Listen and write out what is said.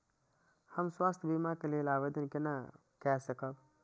हम स्वास्थ्य बीमा के लेल आवेदन केना कै सकब?